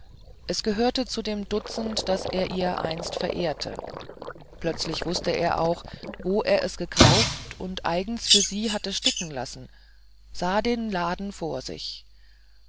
es gehörte zu dem dutzend das er ihr einst verehrt plötzlich wußte er auch wo er es gekauft und eigens für sie hatte sticken lassen sah den laden vor sich